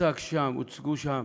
הוצגו שם